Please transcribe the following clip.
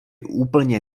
úplně